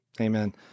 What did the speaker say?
Amen